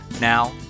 Now